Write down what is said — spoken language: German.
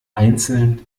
einzeln